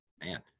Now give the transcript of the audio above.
man